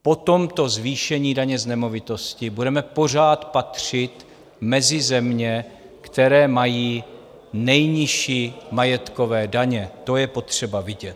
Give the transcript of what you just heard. Po tomto zvýšení daně z nemovitosti budeme pořád patřit mezi země, které mají nejnižší majetkové daně, to je potřeba vidět.